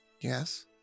Yes